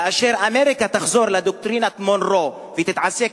כאשר אמריקה תחזור לדוקטרינת מונרו ותתעסק